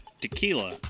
tequila